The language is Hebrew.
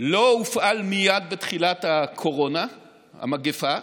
לא הופעל מייד בתחילת הקורונה, המגפה,